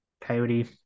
Coyote